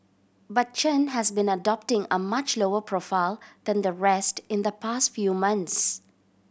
but Chen has been adopting a much lower profile than the rest in the past few months